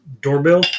doorbell